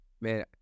man